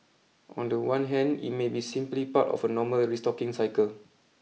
on the one hand it may be simply part of a normal restocking cycle